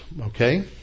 Okay